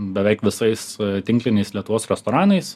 beveik visais tinkliniais lietuvos restoranais